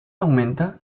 aumenta